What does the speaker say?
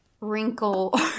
wrinkle